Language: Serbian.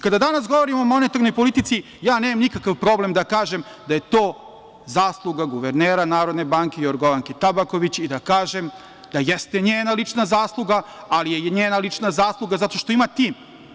Kada danas govorimo o monetarnoj politici, ja nemam nikakav problem da kažem da je to zasluga guvernera Narodne banke, Jorgovanke Tabaković, i da kažem da jeste njena lična zasluga, ali i njena lična zasluga zato što ima tim.